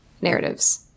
narratives